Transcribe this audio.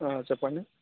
చెప్పండి